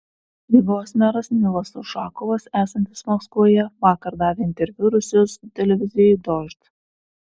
rygos meras nilas ušakovas esantis maskvoje vakar davė interviu rusijos televizijai dožd